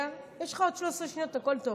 יש לך עוד 13 שניות, הכול טוב,